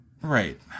Right